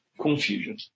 confusion